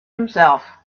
himself